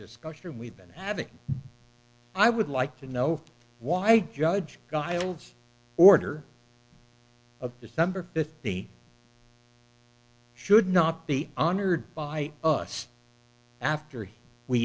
discussion we've been having i would like to know why i judge giles order of december fifty should not be honored by us after